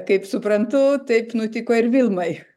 kaip suprantu taip nutiko ir vilmai